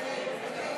תקופות